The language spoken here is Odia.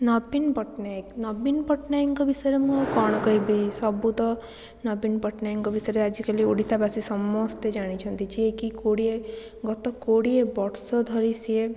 ନବୀନ ପଟ୍ଟନାୟକ ନବୀନ ପଟ୍ଟନାୟକଙ୍କ ବିଷୟରେ ମୁଁ ଆଉ କ'ଣ କହିବି ସବୁ ତ ନବୀନ ପଟ୍ଟନାୟକଙ୍କ ବିଷୟରେ ଆଜିକାଲି ଓଡ଼ିଶାବାସୀ ସମସ୍ତେ ଜାଣିଛନ୍ତି ଯିଏକି କୋଡ଼ିଏ ଗତ କୋଡ଼ିଏ ବର୍ଷ ଧରି ସିଏ